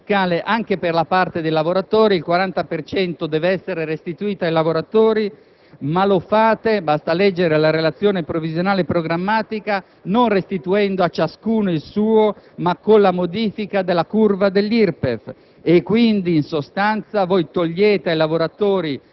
Dite che volete spalmare il cuneo fiscale anche per la parte dei lavoratori; il 40 per cento deve essere restituito ai lavoratori, ma lo fate - basta leggere la Relazione previsionale e programmatica - non restituendo a ciascuno il suo, ma con la modifica della curva dell'IRPEF.